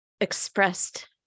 expressed